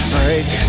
Break